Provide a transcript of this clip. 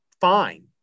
fine